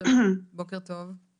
בוקר טוב.